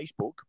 facebook